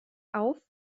auf